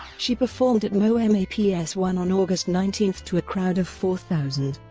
she performed at moma p s one on august nineteen to a crowd of four thousand.